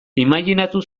imajinatu